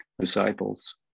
disciples